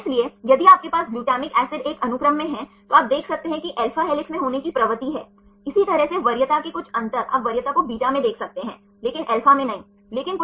इसलिए यदि आप इन अन्य बॉन्डों पर गौर करते हैं तो अन्य स्थानों पर घुमावों को अनुमति दी जाती है जो अन्य 2 स्थानों पर हैं